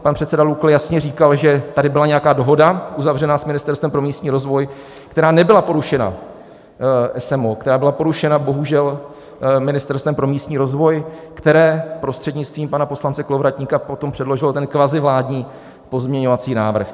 Pan předseda Lukl jasně říkal, že tady byla nějaká dohoda uzavřená s Ministerstvem pro místní rozvoj, která nebyla porušena SMO, která byla porušena bohužel Ministerstvem pro místní rozvoj, které prostřednictvím pana poslance Kolovratníka potom předložilo ten kvazi vládní pozměňovací návrh.